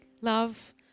Love